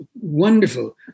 wonderful